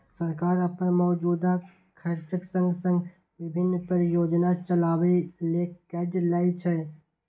सरकार अपन मौजूदा खर्चक संग संग विभिन्न परियोजना चलाबै ले कर्ज लै छै